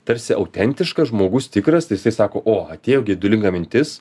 tarsi autentiškas žmogus tikras tai jisai sako o atėjo geidulinga mintis